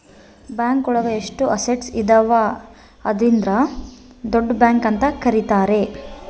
bank ಒಳಗ ಎಷ್ಟು assets ಇದಾವ ಅದ್ರಿಂದ ದೊಡ್ಡ ಬ್ಯಾಂಕ್ ಅಂತ ಕರೀತಾರೆ